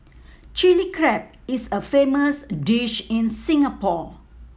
Chilli Crab is a famous dish in Singapore